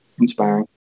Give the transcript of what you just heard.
inspiring